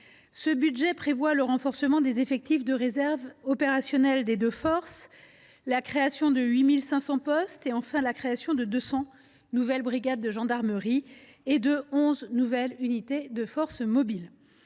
Ce budget prévoit le renforcement des effectifs des réserves opérationnelles des deux forces, la création de 8 500 postes et, enfin, l’instauration de 200 nouvelles brigades de gendarmerie et de 11 nouvelles unités de force mobile.